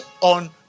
on